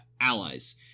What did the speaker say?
allies